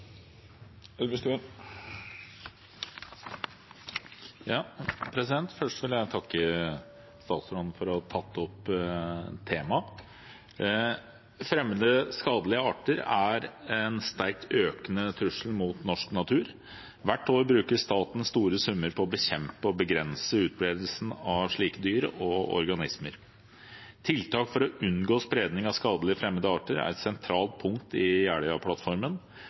Først vil jeg takke representanten for å ha tatt opp temaet. Fremmede, skadelige arter er en sterkt økende trussel mot norsk natur. Hvert år bruker staten store summer på å bekjempe og begrense utbredelsen av slike dyr og organismer. Tiltak for å unngå spredning av skadelige, fremmede arter er et sentralt punkt i